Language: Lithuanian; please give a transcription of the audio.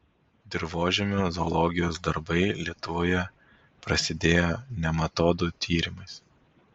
dirvožemio zoologijos darbai lietuvoje prasidėjo nematodų tyrimais